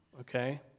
okay